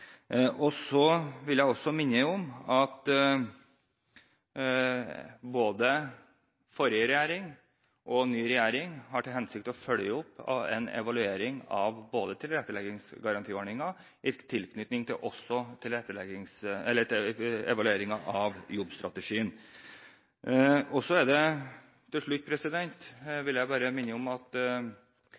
Jeg vil også minne om at både forrige regjering og den nye regjeringen har til hensikt å følge opp en evaluering av tilretteleggingsgarantiordningen og også evalueringen av jobbstrategien. Til slutt vil jeg bare minne om at regjeringen vil foreta en helhetlig gjennomgang av Nav i løpet av perioden, nettopp for å sikre at